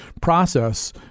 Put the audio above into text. process